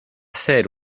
ser